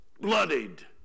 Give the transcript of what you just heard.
bloodied